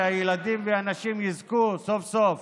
והילדים והנשים יזכו סוף-סוף